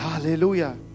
Hallelujah